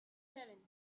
seven